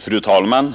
Fru talman!